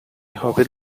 hobbits